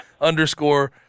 underscore